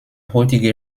heutige